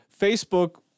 Facebook